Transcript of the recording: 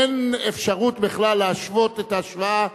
אין אפשרות בכלל להשוות את ההשוואה,